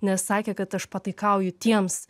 nes sakė kad aš pataikauju tiems